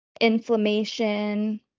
inflammation